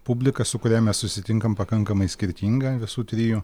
publika su kuria mes susitinkam pakankamai skirtinga visų trijų